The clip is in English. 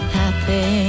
happy